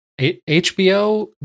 HBO